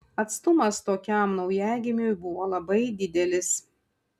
atstumas tokiam naujagimiui buvo labai didelis